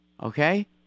Okay